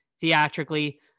Theatrically